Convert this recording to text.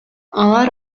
алар